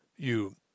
You